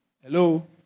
Hello